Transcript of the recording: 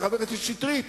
שחבר הכנסת שטרית